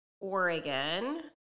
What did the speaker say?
Oregon